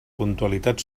puntualitat